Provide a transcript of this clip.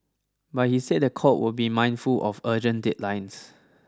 but he said the court would be mindful of urgent deadlines